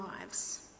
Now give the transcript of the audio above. lives